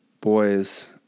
boys